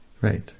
right